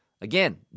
Again